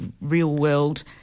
real-world